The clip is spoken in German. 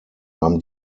haben